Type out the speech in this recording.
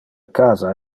casa